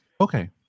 Okay